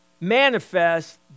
manifest